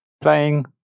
Playing